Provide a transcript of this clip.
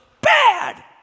bad